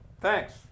Thanks